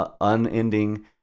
unending